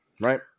right